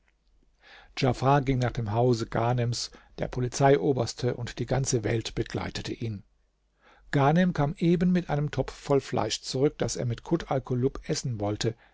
djafar ging nach dem haus ghanems der polizeioberste und die ganze welt begleitete ihn ghanem kam eben mit einem topf voll fleisch zurück das er mit kut alkulub essen wollte